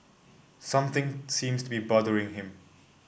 something seems to be bothering him